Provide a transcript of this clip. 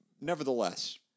Nevertheless